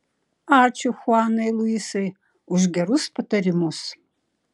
ačiū chuanai luisai už gerus patarimus